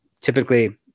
Typically